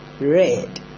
Red